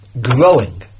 growing